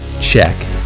Check